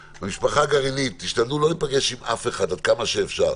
במשפחה הגרעינית תשתדלו לא להיפגש עם אף אחד עד כמה שאפשר,